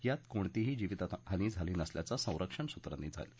यात कोणतीही जीवितहानी झाली नसल्याचे संरक्षण सूत्रांनी सांगितलं